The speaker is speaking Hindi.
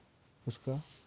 उसका